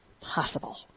possible